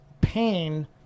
pain